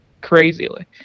crazily